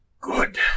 Good